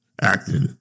acted